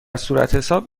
صورتحساب